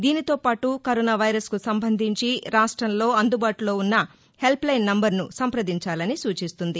దీనితో పాటు కరోనా వైరస్కు సంబంధించి రాష్టంలో అందుబాటులో ఉన్నహెల్ప్ లైన్ నెంబరును సంప్రదించాలని సూచిస్తుంది